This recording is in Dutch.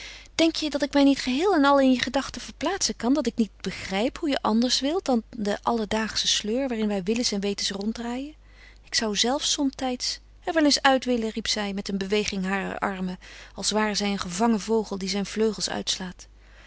denk je dat ik mij niet geheel en al in je gedachten verplaatsen kan dat ik niet begrijp hoe je anders wilt dan den alledaagschen sleur waarin wij willens en wetens ronddraaien ik zelf zou somtijds er wel eens uit willen riep zij met een beweging harer armen als ware zij een gevangen vogel die zijn vleugelen uitslaat